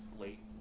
late